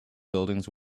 buildings